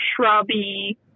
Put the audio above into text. shrubby